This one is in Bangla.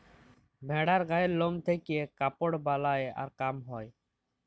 ভেড়ার গায়ের লম থেক্যে কাপড় বালাই আর কাম হ্যয়